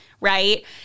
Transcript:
Right